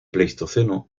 pleistoceno